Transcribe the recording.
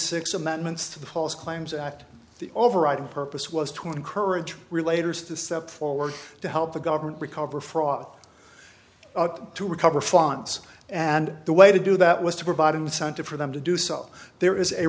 six amendments to the false claims act the overriding purpose was to encourage later is to step forward to help the government recover fraud to recover funds and the way to do that was to provide incentive for them to do so there is a